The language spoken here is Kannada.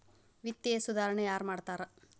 ವಿತ್ತೇಯ ಸುಧಾರಣೆ ಯಾರ್ ಮಾಡ್ತಾರಾ